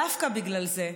דווקא בגלל זה,